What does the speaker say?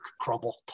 crumble